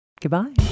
Goodbye